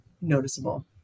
noticeable